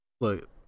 Look